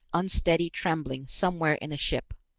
unsteady trembling somewhere in the ship